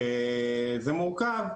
שזה מורכב,